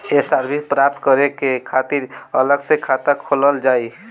ये सर्विस प्राप्त करे के खातिर अलग से खाता खोलल जाइ?